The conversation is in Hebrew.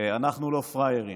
"לא פראיירים":